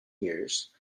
years